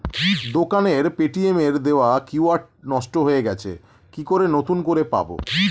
দোকানের পেটিএম এর দেওয়া কিউ.আর নষ্ট হয়ে গেছে কি করে নতুন করে পাবো?